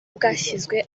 bwashyizwe